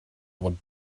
what